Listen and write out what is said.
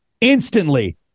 Instantly